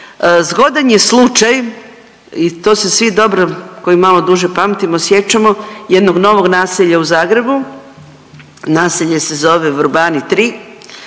Zgodan je slučaj i to se svi dobro koji malo duže pamtimo sjećamo jednog novog naselja u Zagrebu, naselje se zove Vrbani 3,